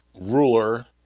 ruler